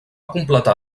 completar